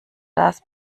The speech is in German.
das